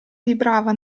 vibrava